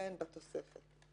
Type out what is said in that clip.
ואין בתוספת".